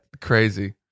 Crazy